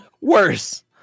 worse